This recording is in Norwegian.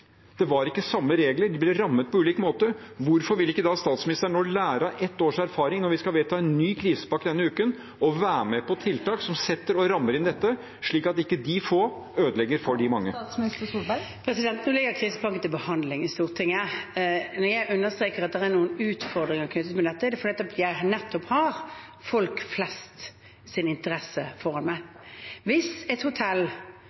det var urettferdig. Det var ikke samme regler, de ble rammet på ulik måte. Hvorfor vil ikke statsministeren da lære av ett års erfaring når vi skal vedta en ny krisepakke denne uken, og være med på tiltak som rammer inn dette slik at ikke de få ødelegger for de mange? Nå ligger krisepakken til behandling i Stortinget. Når jeg understreker at det er noen utfordringer knyttet til dette, er det fordi jeg nettopp har interessen til folk flest foran meg. Hvis et hotell som har fått hjelp for